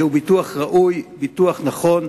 זהו ביטוח ראוי ונכון.